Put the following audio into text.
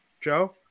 Joe